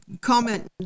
comment